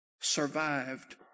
survived